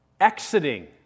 exiting